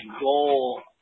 goal